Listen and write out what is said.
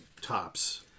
tops